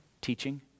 teaching